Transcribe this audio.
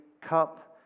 cup